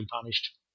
punished